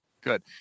Good